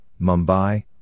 Mumbai